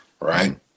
right